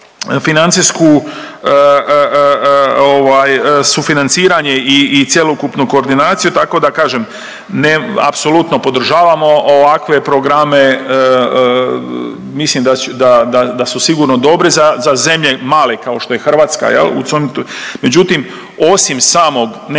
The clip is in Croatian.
financijsku ovaj sufinanciranje i, i cjelokupnu koordinaciju, tako da kažem apsolutno podržavamo ovakve programe, mislim da, da, da, da su sigurno dobre za, za zemlje male kao što je Hrvatska jel, međutim osim samog nekog